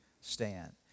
stand